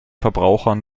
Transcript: verbrauchern